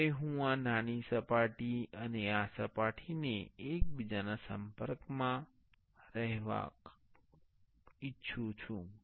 હવે હું આ નાની સપાટી અને આ સપાટીને એક બીજાના સંપર્કમાં રહેવા માંગું છું